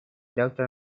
doctor